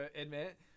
admit